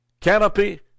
canopy